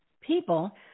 people